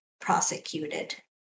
prosecuted